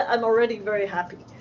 i'm already very happy.